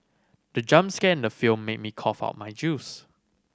the jump scare in the film made me cough out my juice